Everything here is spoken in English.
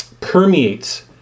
permeates